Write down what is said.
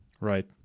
Right